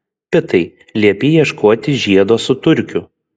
pitai liepei ieškoti žiedo su turkiu